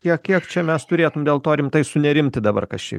kiek kiek čia mes turėtum dėl to rimtai sunerimti dabar kas čia